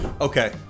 Okay